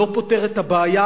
לא פותר את הבעיה,